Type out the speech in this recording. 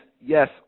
yes